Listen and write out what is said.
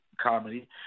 comedy